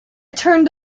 turned